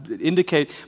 indicate